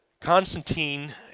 constantine